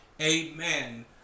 amen